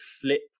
flip